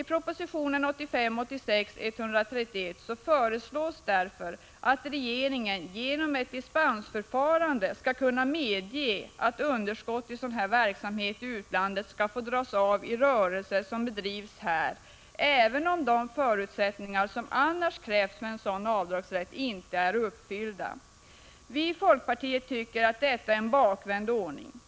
dispensförfarande skall kunna medge att underskott i sådan här verksamhet i utlandet skall få dras av i rörelse som bedrivs här, även om de förutsättningar som annars krävs för sådan avdragsrätt inte är uppfyllda. Vii folkpartiet tycker att detta är en bakvänd ordning.